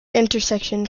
intersection